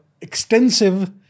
extensive